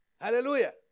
Hallelujah